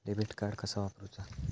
Debit card कसा वापरुचा?